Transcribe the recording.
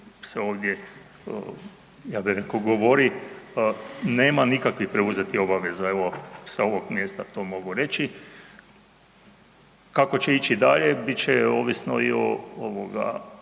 se ovdje ja bio rekao govori, nema nikakvih preuzetih obaveza evo sa ovog mjesta to mogu reći. Kako će ići dalje, bit će ovisno i o